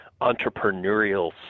entrepreneurial